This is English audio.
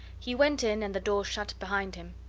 he went in and the door shut behind him.